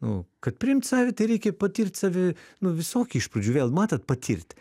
nu kad priimt save tai reikia patirt save nu visokį iš pradžių vėl matot patirt